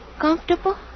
Comfortable